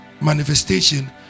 manifestation